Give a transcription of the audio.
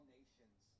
nations